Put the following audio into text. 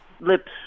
Lips